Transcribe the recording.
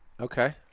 Okay